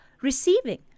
receiving